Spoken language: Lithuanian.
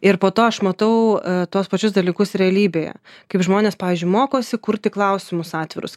ir po to aš matau tuos pačius dalykus realybėje kaip žmonės pavyzdžiui mokosi kurti klausimus atvirus